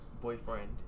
boyfriend